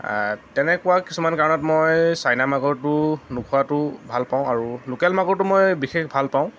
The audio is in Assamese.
তেনেকুৱা কিছুমান কাৰণত মই চাইনা মাগুৰটো নোখোৱাটো ভাল পাওঁ আৰু লোকেল মাগুৰটো মই বিশেষ ভাল পাওঁ